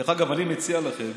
דרך אגב, אני מציע לכם,